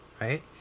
Right